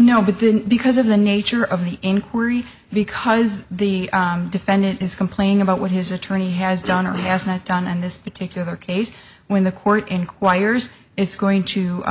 no but then because of the nature of the inquiry because the defendant is complaining about what his attorney has done or has not done in this particular case when the court inquires it's going to